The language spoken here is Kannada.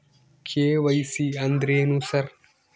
ಕೆ.ವೈ.ಸಿ ಅಂದ್ರೇನು ಸರ್?